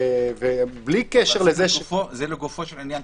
בלי קשר לזה -- זה לגופו של עניין.